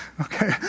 Okay